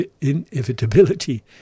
inevitability